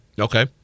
Okay